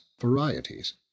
varieties